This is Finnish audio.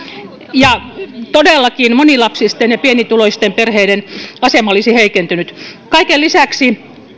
ja todellakin monilapsisten ja pienituloisten perheiden asema olisi heikentynyt kaiken lisäksi